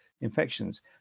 infections